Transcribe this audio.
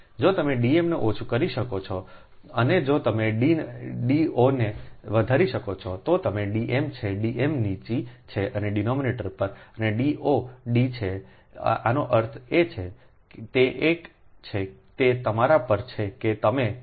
જો તમે D m ને ઓછું કરી શકો છો અને જો તમે D ઓ ને વધારી શકો છો તો તે D m છે D m નીચી છે અને ડીનોમિનેટર પર D ઓ D છે ઓનો અર્થ એ છે કે તે એક છે તે તમારા પર છે તમે ક